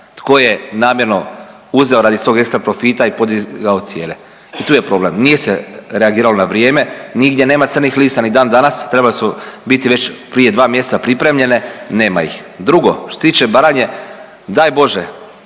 tko je namjerno uzeo radi svog ekstra profita i podizao cijene. I tu je problem. Nije se reagiralo na vrijeme, nigdje nema crnih lista ni dan danas. Trebale su biti već prije dva mjeseca pripremljene, nema ih. Drugo što se tiče Baranje, daj Bože